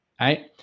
right